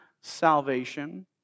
salvation